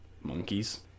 monkeys